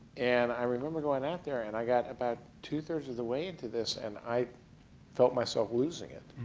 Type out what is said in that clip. and i remember going out there and i got about twothirds of the way into this and i felt myself losing it.